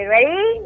Ready